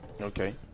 Okay